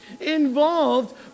involved